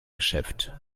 geschäft